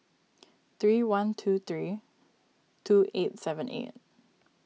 three one two three two eight seven eight